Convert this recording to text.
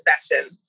session